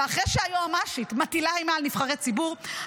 ואחרי שהיועמ"שית מטילה אימה על נבחרי ציבור,